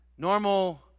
normal